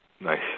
Nice